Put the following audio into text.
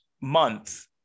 month